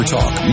Talk